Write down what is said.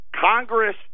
Congress